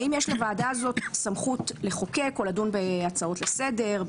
האם יש לוועדה הזאת סמכות לחוקק או לדון בהצעות לסדר,